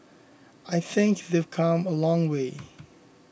I think they've come a long way